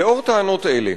לנוכח טענות אלה,